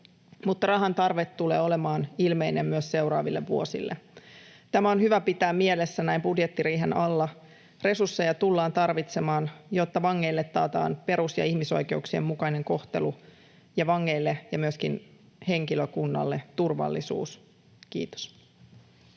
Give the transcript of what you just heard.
rahan tarve tulee olemaan ilmeinen myös seuraaville vuosille. Tämä on hyvä pitää mielessä näin budjettiriihen alla. Resursseja tullaan tarvitsemaan, jotta vangeille taataan perus- ja ihmisoikeuksien mukainen kohtelu ja vangeille ja myöskin henkilökunnalle turvallisuus. — Kiitos.